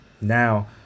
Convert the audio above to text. Now